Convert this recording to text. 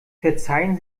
verzeihen